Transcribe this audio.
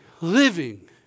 living